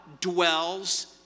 dwells